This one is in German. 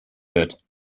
wird